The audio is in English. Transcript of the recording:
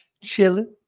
chilling